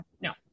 no